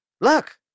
Look